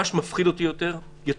מה שמפחיד אותי יותר מהקורונה,